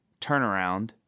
turnaround